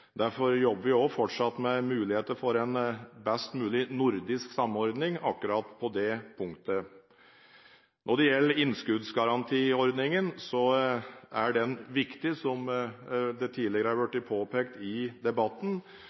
Derfor jobber vi fortsatt med muligheter for en best mulig nordisk samordning akkurat på det punktet. Når det gjelder innskuddsgarantiordningen, er den viktig, som det tidligere har blitt påpekt i debatten.